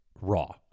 raw